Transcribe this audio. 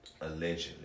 Allegedly